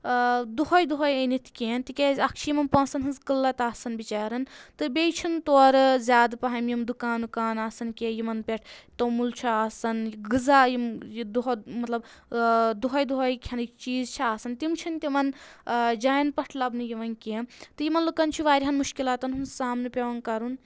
دۄہے دۄہَے أنِتھ کینٛہہ تِکیازِ اَکھ چھِ یِمَن پونٛسَن ہٕنٛز قٕلَت آسَن بِچارَن تہٕ بیٚیہِ چھِنہٕ تورٕ زیادٕ پَہَم یِم دُکان وُکان آسان کینٛہہ یِمَن پؠٹھ توٚمُل چھُ آسان غذا یِم دۄہ مطلب دۄہے دۄہَے کھؠنٕکۍ چیٖز چھِ آسان تِم چھِنہٕ تِمن جاین پؠٹھ لَبنہٕ یِوان کینٛہہ تہٕ یِمن لُکَن چھِ واریاہَن مُشکلاتَن ہُنٛد سامنہٕ پؠوان کَرُن